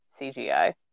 CGI